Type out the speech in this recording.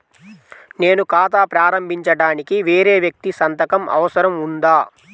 నేను ఖాతా ప్రారంభించటానికి వేరే వ్యక్తి సంతకం అవసరం ఉందా?